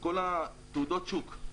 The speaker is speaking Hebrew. כל התעודות שוק.